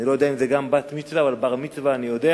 אני לא יודע אם זה גם בת-מצווה אבל בר-מצווה אני יודע.